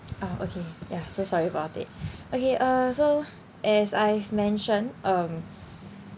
ah okay ya so sorry about it okay uh so as I've mentioned um